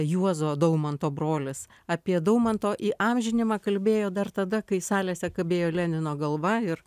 juozo daumanto brolis apie daumanto įamžinimą kalbėjo dar tada kai salėse kabėjo lenino galva ir